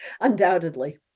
Undoubtedly